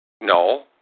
No